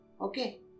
Okay